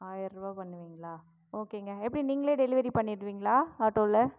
ஆயர் ரூவா பண்ணுவீங்களா ஓகேங்க எப்படி நீங்களே டெலிவரி பண்ணிடுவிங்களா ஆட்டோவில